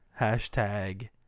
Hashtag